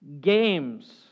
games